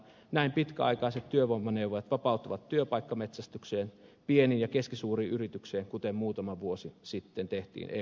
näin pitkäaikaiset työvoimaneuvojat vapautuvat työpaikkametsästykseen pieniin ja keskisuurin yrityksiin kuten muutama vuosi sitten tehtiin eu hankkeessa